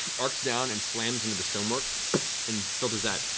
arcs down and slams into the stonework and filters out.